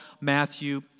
Matthew